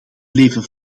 leven